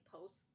posts